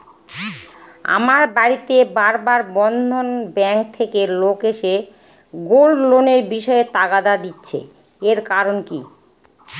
আমার বাড়িতে বার বার বন্ধন ব্যাংক থেকে লোক এসে গোল্ড লোনের বিষয়ে তাগাদা দিচ্ছে এর কারণ কি?